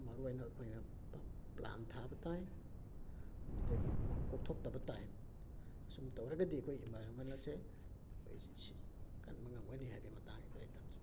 ꯃꯔꯨꯑꯣꯏꯅ ꯑꯩꯈꯣꯏꯅ ꯄ꯭ꯂꯥꯟꯠ ꯊꯥꯕ ꯇꯥꯏ ꯑꯗꯨꯗꯒꯤ ꯎꯃꯪ ꯀꯣꯛꯊꯣꯛꯇꯕ ꯇꯥꯏ ꯑꯁꯨꯝ ꯇꯧꯔꯒꯗꯤ ꯑꯩꯈꯣꯏ ꯏꯟꯚꯥꯏꯔꯣꯟꯃꯦꯟ ꯑꯁꯦ ꯑꯩꯈꯣꯏ ꯁꯤ ꯀꯟꯕ ꯉꯝꯒꯅꯤ ꯍꯥꯏꯕꯩ ꯃꯇꯥꯡꯁꯤꯗ ꯑꯩ ꯊꯝꯖꯒꯦ